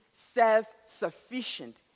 self-sufficient